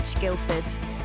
Guildford